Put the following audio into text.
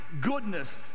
goodness